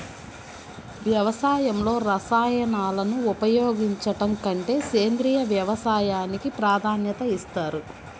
వ్యవసాయంలో రసాయనాలను ఉపయోగించడం కంటే సేంద్రియ వ్యవసాయానికి ప్రాధాన్యత ఇస్తారు